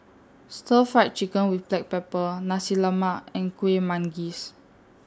Stir Fried Chicken with Black Pepper Nasi Lemak and Kuih Manggis